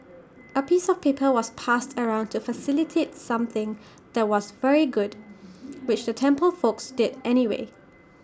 A piece of paper was passed around to facilitate something that was very good which the temple folks did anyway